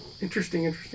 interesting